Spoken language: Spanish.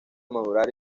madurar